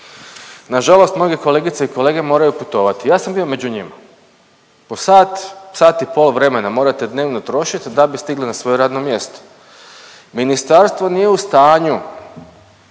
Nažalost, mnoge kolegice i kolege moraju putovat i ja sam bio među njima, po sat, sat i pol vremena morate dnevno trošit da bi stigli na svoje radno mjesto. Ministarstvo nije u stanju